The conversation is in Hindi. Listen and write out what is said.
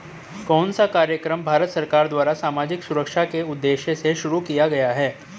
कौन सा कार्यक्रम भारत सरकार द्वारा सामाजिक सुरक्षा के उद्देश्य से शुरू किया गया है?